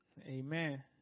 Amen